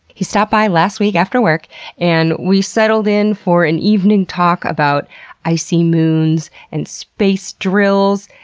he stopped by last week after work and we settled in for an evening talk about icy moons, and space drills,